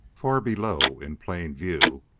far below, in plain view,